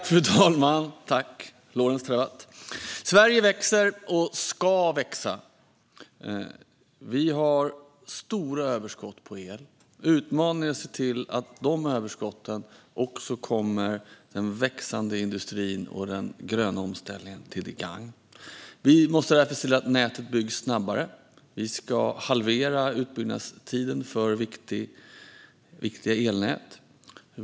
Fru talman! Sverige växer och ska växa. Vi har stora överskott på el. Utmaningen är att se till att dessa överskott också kommer den växande industrin och den gröna omställningen till gagn. Vi måste därför se till att nätet byggs snabbare. Vi ska halvera utbyggnadstiden för viktiga elnät.